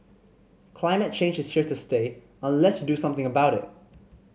climate change is here to stay unless do something about it